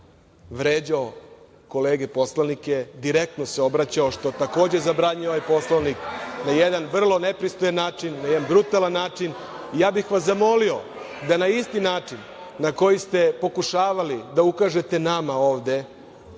vređao kolege poslanike, direktno se obraćao, što takođe zabranjuje ovaj Poslovnik, na jedan vrlo nepristojan način, na jedan brutalan način. Zamolio bih vas da na isti način na koji ste pokušavali da ukažete nama ovde